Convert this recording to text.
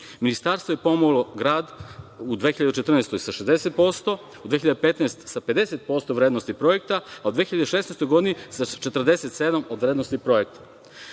Ministarstvo je pomoglo grad u 2014. godini sa 60%, u 2015. sa 50% vrednosti projekta, a u 2016. godini sa 47 od vrednosti projekta. Drugi